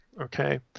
Okay